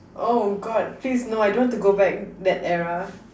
oh god please no I don't want to go back that era